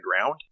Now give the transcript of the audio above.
ground